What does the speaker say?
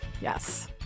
Yes